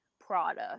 product